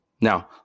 Now